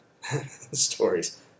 stories